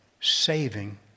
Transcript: saving